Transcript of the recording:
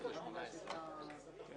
ומצד שני גם דואג למלווים,